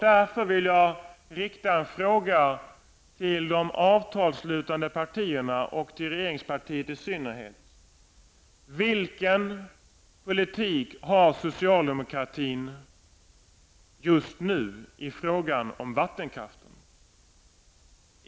Därför vill jag rikta en fråga till de avtalsslutande partierna och till regeringspartiet i synnerhet: Vilken politik har socialdemokratin just nu i frågan om vattenkraften?